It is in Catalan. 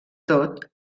tot